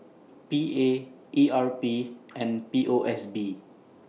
P A E R P and P O S B